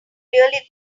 really